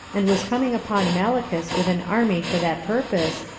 and was coming upon malichus with an army for that purpose,